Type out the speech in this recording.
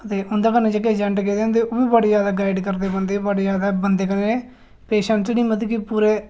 ते उं'दे कन्नै जेह्के एजेंट गेदे होंदे ओह्बी बड़ी जादा गाईड करदे बंदे गी पेशन नै नी बंदे गी बड़े